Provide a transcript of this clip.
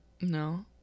No